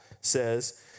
says